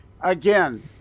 Again